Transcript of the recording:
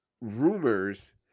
rumors